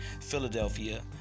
Philadelphia